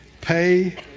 Pay